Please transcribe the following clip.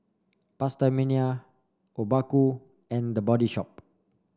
PastaMania Obaku and The Body Shop